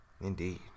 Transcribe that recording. Indeed